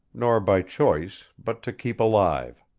nor by choice, but to keep alive.